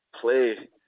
Play